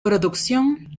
producción